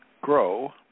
grow